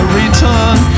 return